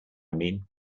mean